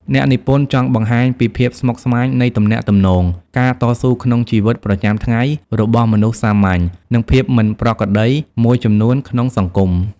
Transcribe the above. អ្នកនិពន្ធចង់បង្ហាញពីភាពស្មុគស្មាញនៃទំនាក់ទំនង ការតស៊ូក្នុងជីវិតប្រចាំថ្ងៃរបស់មនុស្សសាមញ្ញ និងភាពមិនប្រក្រតីមួយចំនួនក្នុងសង្គម។